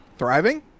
thriving